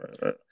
Right